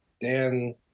dan